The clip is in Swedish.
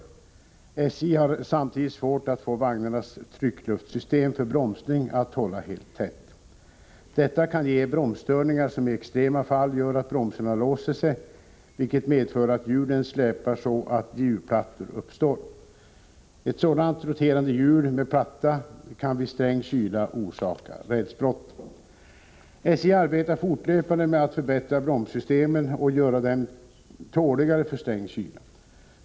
SJ har samtidigt svårt att få vagnarnas tryckluftssystem för bromsning att hålla helt tätt. Detta kan ge bromsstörningar som i extrema fall gör att bromsarna låser sig, vilket medför att hjulen släpar så att hjulplattor uppstår. Ett sådant roterande hjul med platta kan vid sträng kyla orsaka rälsbrott. SJ arbetar fortlöpande med att förbättra bromssystemen och göra dem tåligare för sträng kyla.